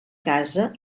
casa